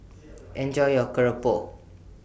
Enjoy your Keropok